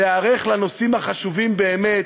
להיערך לנושאים החשובים באמת,